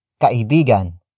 Kaibigan